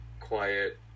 quiet